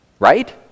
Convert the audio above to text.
right